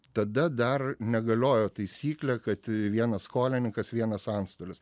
tada dar negaliojo taisyklė kad vienas skolininkas vienas antstolis